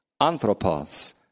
anthropos